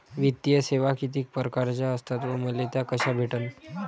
वित्तीय सेवा कितीक परकारच्या असतात व मले त्या कशा भेटन?